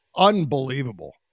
unbelievable